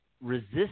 resist